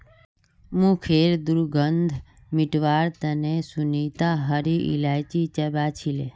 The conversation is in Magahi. मुँहखैर दुर्गंध मिटवार तने सुनीता हरी इलायची चबा छीले